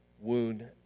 wound